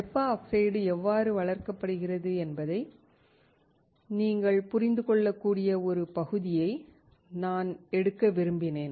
வெப்ப ஆக்சைடு எவ்வாறு வளர்க்கப்படுகிறது என்பதை நீங்கள் புரிந்து கொள்ளக்கூடிய ஒரு பகுதியை நான் எடுக்க விரும்பினேன்